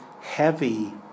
heavy